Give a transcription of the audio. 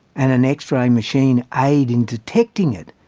and an x-ray machine aid in detecting it,